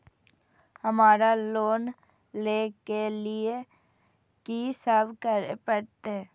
हमरा लोन ले के लिए की सब करे परते?